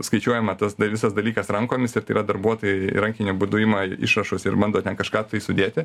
skaičiuojama tas da visas dalykas rankomis ir tai yra darbuotojai rankiniu būdu ima išrašus ir bando ten kažką tai sudėti